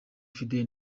fidele